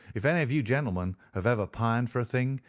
if any of you gentlemen have ever pined for a thing,